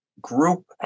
Group